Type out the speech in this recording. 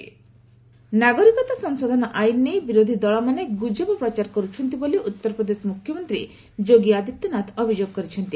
UP CM CAA ନାଗରିକତା ସଂଶୋଧନ ଆଇନ ନେଇ ବିରୋଧୀ ଦଳମାନେ ଗୁଜବ ପ୍ରଚାର କରୁଛନ୍ତି ବୋଲି ଉତ୍ତରପ୍ରଦେଶ ମୁଖ୍ୟମନ୍ତ୍ରୀ ଯୋଗୀ ଆଦିତ୍ୟନାଥ ଅଭିଯୋଗ କରିଛନ୍ତି